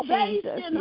Jesus